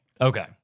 Okay